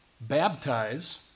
baptize